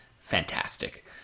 fantastic